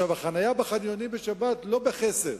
החנייה בחניונים בשבת, לא בכסף,